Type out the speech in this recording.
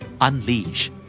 Unleash